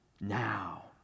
now